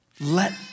let